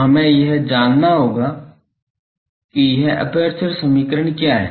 तो हमें यह जानना होगा कि यह एपर्चर समीकरण क्या है